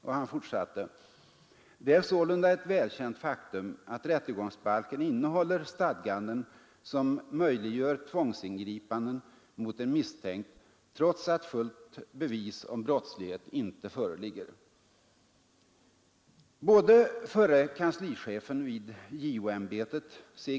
Och han fortsatte: ”Det är sålunda ett välkänt faktum att rättegångsbalken innehåller stadganden som möjliggör tvångsingripanden mot en misstänkt trots att fullt bevis om brottslighet inte föreligger.” Både förre kanslichefen vid JO-ämbetet C.